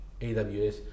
AWS